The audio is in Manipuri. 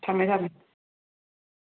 ꯊꯝꯃꯦ ꯊꯝꯃꯦ